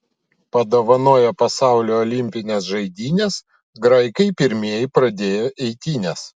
padovanoję pasauliui olimpines žaidynes graikai pirmieji pradėjo eitynes